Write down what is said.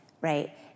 right